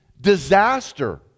disaster